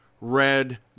red